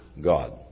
God